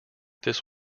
this